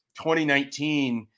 2019